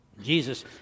Jesus